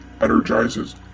energizes